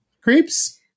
Creeps